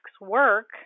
work